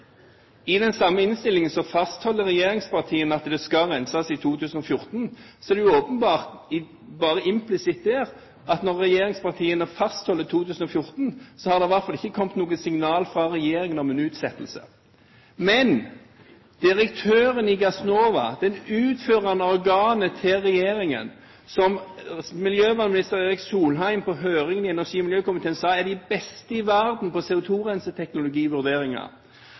I den samme innstillingen fastholder regjeringspartiene at det skal renses i 2014, så det er åpenbart – bare implisitt – der at når regjeringspartiene fastholder 2014, har det i hvert fall ikke kommet noe signal fra regjeringen om en utsettelse. Men direktøren i Gassnova, det utførende organet til regjeringen, som miljøvernminister Erik Solheim på høringen i energi- og miljøkomiteen sa er de beste i verden på